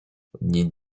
nic